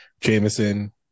Jameson